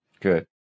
Good